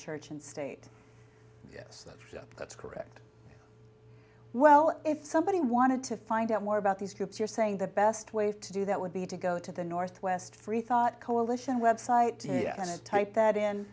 church and state yes that's correct well if somebody wanted to find out more about these groups you're saying the best way to do that would be to go to the northwest freethought coalition website and type that